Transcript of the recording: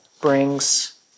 brings